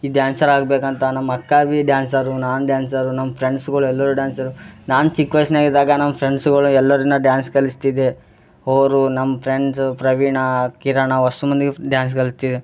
ಈ ಡ್ಯಾನ್ಸರ್ ಆಗಬೇಗ್ಬೇಕಂತ ನಮ್ಮ ಅಕ್ಕ ಬಿ ಡ್ಯಾನ್ಸರು ನಾನು ಡ್ಯಾನ್ಸರು ನಮ್ಮ ಫ್ರೆಂಡ್ಸ್ಗಳು ಎಲ್ಲರು ಡ್ಯಾನ್ಸರು ನಾನು ಚಿಕ್ಕ ವಯಸ್ನ್ಯಾಗೆ ಇದ್ದಾಗ ನಮ್ಮ ಫ್ರೆಂಡ್ಸ್ಗಳು ಎಲ್ಲರ್ನ ಡ್ಯಾನ್ಸ್ ಕಲಿಸ್ತಿದ್ದೆ ಓರು ನಮ್ಮ ಫ್ರೆಂಡ್ಸು ಪ್ರವೀಣ ಕಿರಣ ನಾವು ಅಷ್ಟು ಮಂದಿಗೆ ಡ್ಯಾನ್ಸ್ ಕಲಿಸಿ